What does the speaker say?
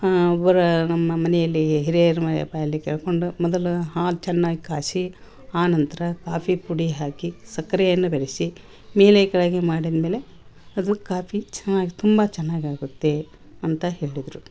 ಬರೋ ನಮ್ಮ ಮನೆಯಲ್ಲಿ ಹಿರಿಯರ ಮ ಬಾಯಲ್ಲಿ ಕೇಳ್ಕೊಂಡು ಮೊದಲು ಹಾಲು ಚೆನ್ನಾಗಿ ಕಾಯಿಸಿ ಅ ನಂತರ ಕಾಫಿ ಪುಡಿ ಹಾಕಿ ಸಕ್ಕರೆಯನ್ನು ಬೆರೆಸಿ ಮೇಲೆ ಕೆಳಗೆ ಮಾಡಿದ್ಮೇಲೆ ಅದು ಕಾಫಿ ಚೆನ್ನಾಗಿ ತುಂಬಾ ಚೆನ್ನಾಗಾಗುತ್ತೆ ಅಂತ ಹೇಳಿದರು